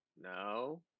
no